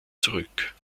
zurück